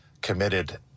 committed